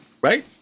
Right